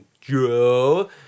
Joe